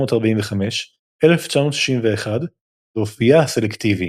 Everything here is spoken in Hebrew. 1945–1961 ואופייה הסלקטיבי.